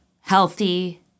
healthy